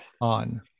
on